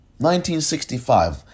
1965